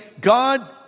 God